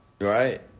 right